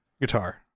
guitar